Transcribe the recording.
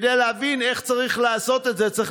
וכדי להבין איך צריך לעשות את זה צריך